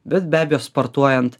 bet be abejo sportuojant